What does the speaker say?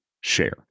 Share